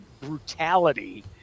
brutality